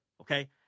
Okay